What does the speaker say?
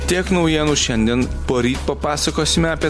tiek naujienų šiandien poryt papasakosime apie